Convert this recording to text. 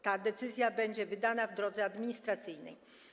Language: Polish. Ta decyzja będzie wydana w drodze administracyjnej.